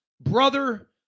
brother